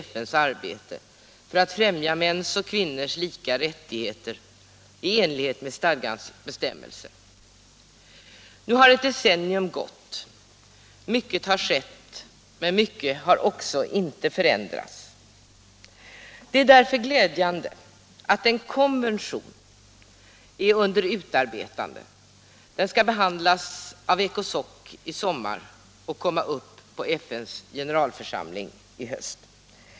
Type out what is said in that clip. Det är därför glädjande att en konvention om avskaffande av diskrimineringen mot kvinnor är under utarbetande. Den skall behandlas av ECOSOC i sommar och av FN:s generalförsamling i höst.